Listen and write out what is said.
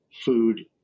food